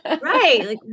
Right